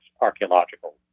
archaeological